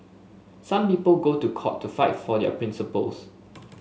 some people go to court to fight for their principles